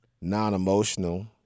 non-emotional